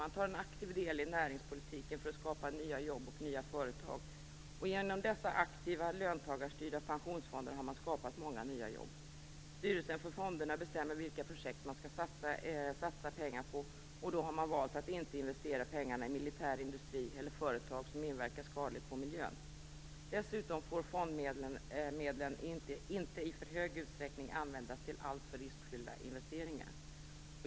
Man tar en aktiv del i näringspolitiken för att skapa nya jobb och nya företag. Genom dessa aktiva löntagarstyrda pensionsfonder har man skapat många nya jobb. Styrelsen för fonderna bestämmer vilka projekt man skall satsa pengar på, och man har valt att inte investera pengarna i militär industri eller i företag som inverkar skadligt på miljön. Dessutom får fondmedlen inte i för stor utsträckning användas till alltför riskfyllda investeringar.